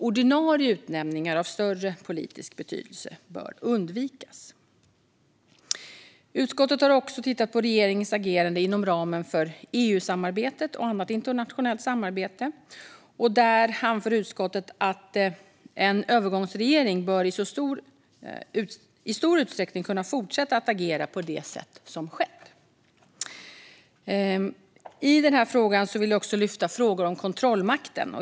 Ordinarie utnämningar av större politisk betydelse bör undvikas. Utskottet har också tittat på regeringens agerande inom ramen för EU-samarbetet och annat internationellt samarbete. Där anför utskottet att en övergångsregering i stor utsträckning bör kunna fortsätta att agera på det sätt som skett. I detta sammanhang vill jag också lyfta frågor om kontrollmakten.